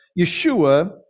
Yeshua